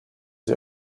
sie